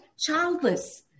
Childless